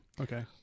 Okay